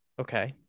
Okay